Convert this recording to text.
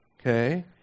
okay